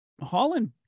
Holland